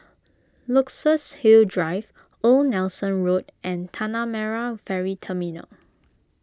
Luxus Hill Drive Old Nelson Road and Tanah Merah Ferry Terminal